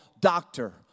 doctor